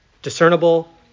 discernible